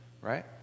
right